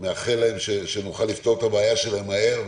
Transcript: מאחל להם שנוכל לפתור להם את הבעיה שלהם מהר.